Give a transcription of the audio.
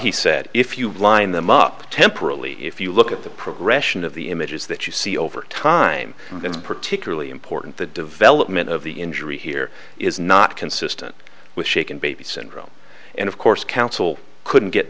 he said if you line them up temporarily if you look at the progression of the images that you see over time and particularly important the development of the injury here is not consistent with shaken baby syndrome and of course counsel couldn't get